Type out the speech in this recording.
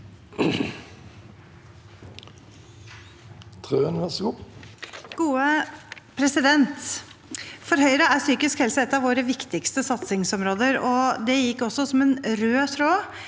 For Høyre er psykisk helse et av våre viktigste satsingsområder, og det gikk også som en rød tråd